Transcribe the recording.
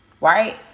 right